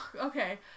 Okay